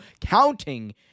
counting